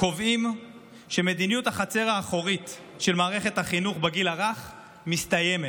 קובעים שמדיניות החצר האחורית של מערכת החינוך בגיל הרך מסתיימת.